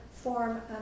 form